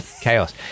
chaos